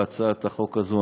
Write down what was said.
בהצעת החוק הזאת,